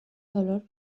dolor